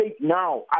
now